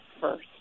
first